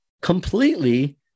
completely